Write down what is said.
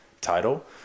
title